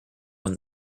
when